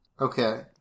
Okay